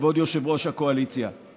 כבוד יושב-ראש הקואליציה,